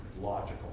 logical